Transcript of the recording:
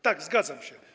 Tak, zgadzam się.